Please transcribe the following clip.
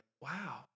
Wow